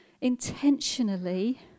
intentionally